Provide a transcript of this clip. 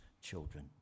children